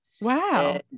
wow